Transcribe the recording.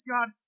God